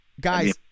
Guys